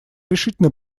решительно